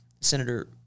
Senator